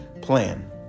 plan